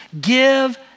Give